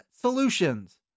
solutions